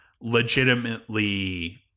legitimately